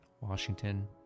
Washington